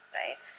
right